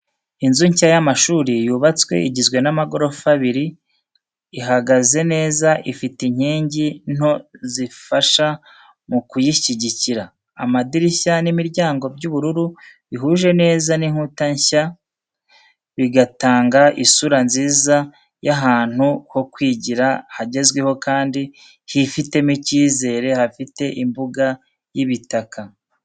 Inzu nshya y’amashuri yubatswe igizwe n’amagorofa abiri, ihagaze neza ifite inkingi nto zifasha mu kuyishyigikira. Amadirishya n'imiryango by’ubururu bihuje neza n’inkuta nshya, bigatanga isura nziza y’ahantu ho kwigira hagezweho kandi hifitemo icyizere. Hafite imbuga y'ibitaka.